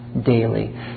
daily